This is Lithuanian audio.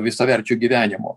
visaverčiu gyvenimu